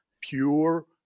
pure